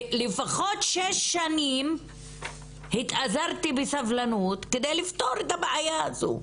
לפחות שש שנים התאזרתי בסבלנות כדי לפתור את הבעיה הזו,